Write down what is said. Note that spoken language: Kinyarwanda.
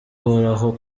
uhoraho